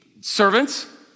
servants